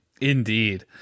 Indeed